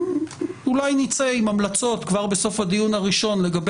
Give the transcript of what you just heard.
אולי נצא עם המלצות כבר בסוף הדיון הראשון לגבי